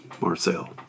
Marcel